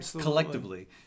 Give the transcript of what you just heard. collectively